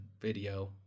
video